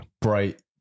Bright